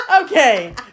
Okay